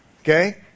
Okay